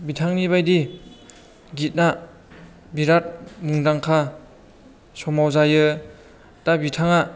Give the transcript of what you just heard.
बिथांनि बायदि गितना बिराद मुंदांखा समाव जायो दा बिथाङा